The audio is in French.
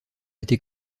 été